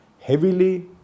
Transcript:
heavily